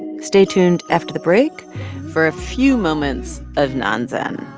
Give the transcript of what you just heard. and stay tuned after the break for a few moments of non-zen